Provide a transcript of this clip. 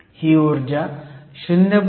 ही ऊर्जा 0